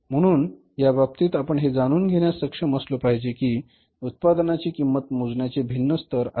म्हणून या बाबतीत आपण हे जाणून घेण्यास सक्षम असलो पाहिजे की उत्पादनाची किंमत मोजण्याचे भिन्न स्तर आहेत